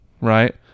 right